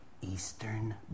Eastern